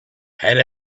had